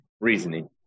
reasoning